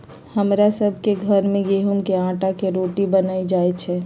हमरा सभ के घर में गेहूम के अटा के रोटि बनाएल जाय छै